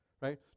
Right